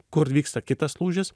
kur vyksta kitas lūžis